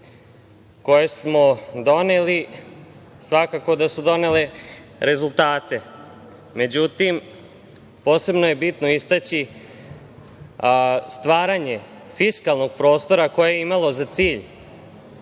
koje smo doneli svakako da su donele rezultate.Međutim, posebno je bitno istaći stvaranje fiskalnog prostora koje je imalo za cilj